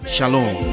Shalom